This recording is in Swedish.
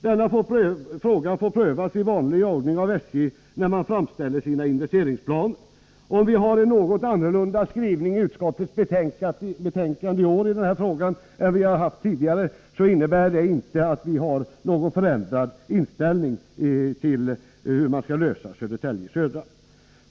Denna fråga får prövas i vanlig ordning av SJ, när man fastställer sina investeringsplaner. Om vi har en något annorlunda skrivning i utskottets betänkande i denna fråga i år än vi har haft tidigare, innebär det inte att vi har en förändrad inställning till hur man skall lösa frågan om Södertälje Södra.